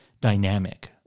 dynamic